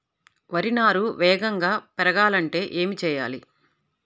వరి నారు వేగంగా పెరగాలంటే ఏమి చెయ్యాలి?